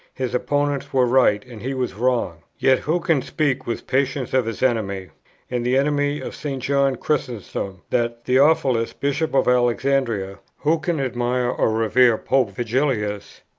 his opponents were right, and he was wrong. yet who can speak with patience of his enemy and the enemy of st. john chrysostom, that theophilus, bishop of alexandria? who can admire or revere pope vigilius?